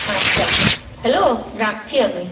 আচ্ছা হ্যালো রাখছি আমি